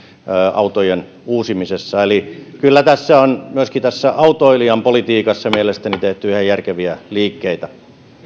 autojen uusimisessa eli kyllä myöskin tässä autoilijan politiikassa on mielestäni tehty ihan järkeviä liikkeitä